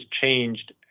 changed